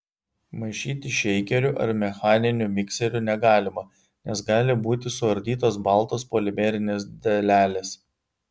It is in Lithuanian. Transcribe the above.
maišyti šeikeriu ar mechaniniu mikseriu negalima nes gali būti suardytos baltos polimerinės dalelės